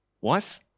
wife